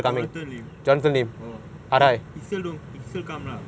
jonathan lim orh he still don't he still come lah